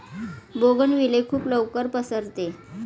bougainvillea खूप लवकर पसरते